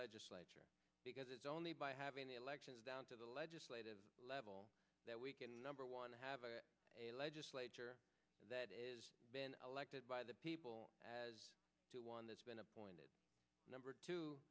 legislature because it's only by having elections down to the legislative level that we can number one have a legislature that is been elected by the people as one that's been appointed number